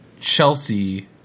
Chelsea